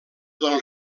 del